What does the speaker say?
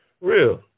Real